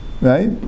Right